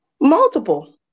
multiple